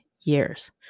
years